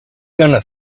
gonna